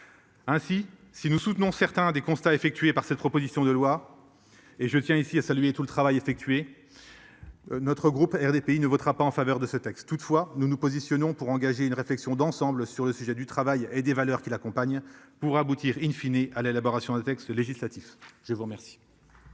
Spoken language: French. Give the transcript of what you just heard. Ainsi, si nous soutenons certains des constats effectués par cette proposition de loi. Et je tiens ici à saluer tout le travail effectué. Notre groupe RDPI ne votera pas en faveur de ce texte. Toutefois, nous nous positionnons pour engager une réflexion d'ensemble sur le sujet du travail et des valeurs qui l'accompagnent pour aboutir in fine et à l'élaboration des textes législatifs. Je vous remercie.